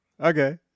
Okay